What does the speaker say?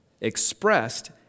expressed